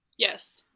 yes.